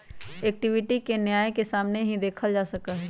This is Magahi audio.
इक्विटी के न्याय के सामने ही देखल जा सका हई